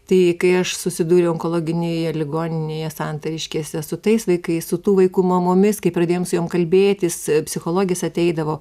tai kai aš susidūriau onkologinėje ligoninėje santariškėse su tais vaikais su tų vaikų mamomis kai pradėjom su jom kalbėtis psichologės ateidavo